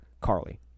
Carly